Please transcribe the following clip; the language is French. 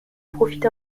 profite